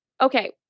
okay